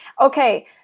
Okay